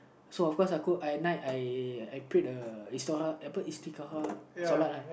so of course I could I at night I I prayed a I put right